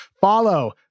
Follow